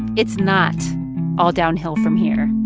it's not all downhill from here.